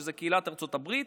שזה קהילת ארצות הברית,